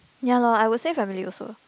ya loh I'll stay with my family also